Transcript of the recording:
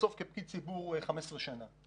כפקיד ציבור במשך 15 שנה,